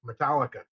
Metallica